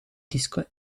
discharge